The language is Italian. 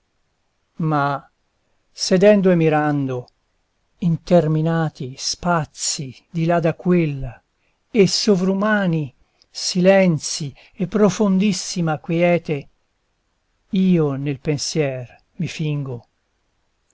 ma sedendo e mirando interminati spazi di là da quella e sovrumani silenzi e profondissima quiete io nel pensier mi fingo